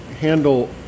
handle